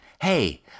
hey